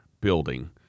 building